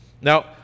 Now